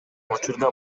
учурда